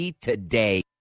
today